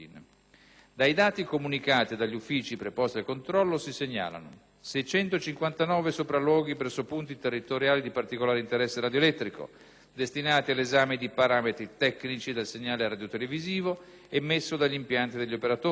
Dai dati comunicati dagli uffici preposti al controllo, si segnalano: 659 sopralluoghi presso punti territoriali di particolare interesse radioelettrico, destinati all'esame di parametri tecnici del segnale radiotelevisivo emesso dagli impianti degli operatori;